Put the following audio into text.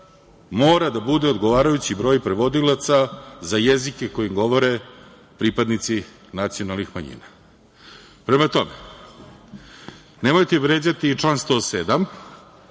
mora da bude odgovarajući broj prevodilaca za jezike koje govore pripadnici nacionalnih manjina. Prema tome, nemojte vređati član 107.